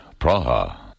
Praha